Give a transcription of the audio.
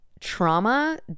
trauma